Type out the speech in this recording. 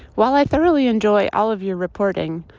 while i thoroughly enjoy all of your reporting,